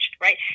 right